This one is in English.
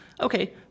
Okay